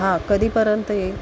हा कधीपर्यंत येईल